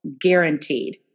guaranteed